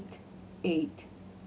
eight